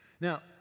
Now